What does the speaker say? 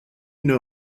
know